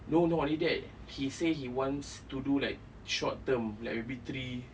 no not only that he say he wants to do like short term like maybe three